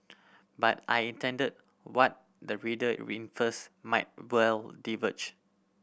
but I intend what the reader infers might well diverge